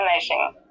amazing